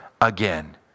again